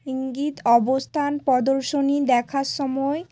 ইঙ্গিত অবস্থান প্রদর্শনী দেখার সময়